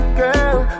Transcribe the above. girl